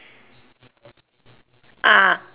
ah